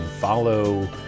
follow